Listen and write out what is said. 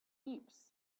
heaps